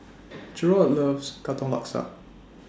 Jarrod loves Katong Laksa